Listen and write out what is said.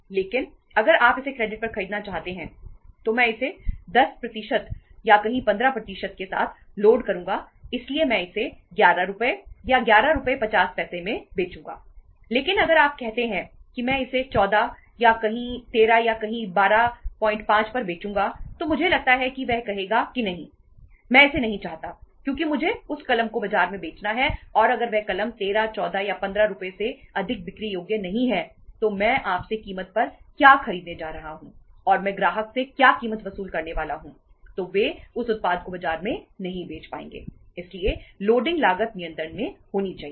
लेकिन अगर आप इसे क्रेडिट पर खरीदना चाहते हैं तो मैं इसे 10 या कहीं 15 के साथ लोड लागत नियंत्रण में होनी चाहिए